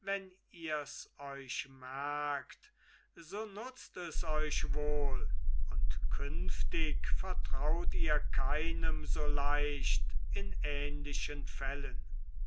wenn ihrs euch merkt so nutzt es euch wohl und künftig vertraut ihr keinem so leicht in ähnlichen fällen